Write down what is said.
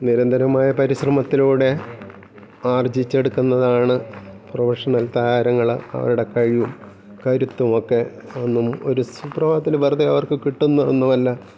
നിരന്തരമായ പരിശ്രമത്തിലൂടെ ആർജിച്ചെടുക്കുന്നതാണ് പ്രവഷണൽ താരങ്ങൾ അവരുടെ കഴിവും കരുത്തുമൊക്കെ ഒന്നും ഒരു സുപ്രഭാതത്തിൽ വെറുതെ അവർക്ക് കിട്ടുന്ന ഒന്നുമല്ല